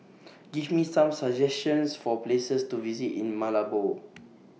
Give Me Some suggestions For Places to visit in Malabo